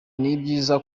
nibyiza